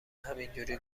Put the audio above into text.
همینجوری